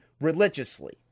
religiously